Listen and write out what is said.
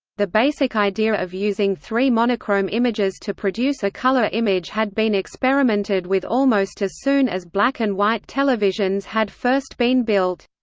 the basic idea of using three monochrome images to produce a color image had been experimented with almost as soon as black-and-white televisions televisions had first been built.